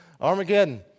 Armageddon